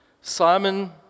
Simon